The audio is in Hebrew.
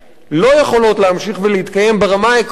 לא יכולות להמשיך ולהתקיים, ברמה העקרונית,